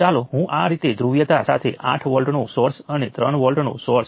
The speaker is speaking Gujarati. હવે હું અન્ય તમામ 3 નોડ્સને આવરી લેતી સપાટી પણ દોરીશ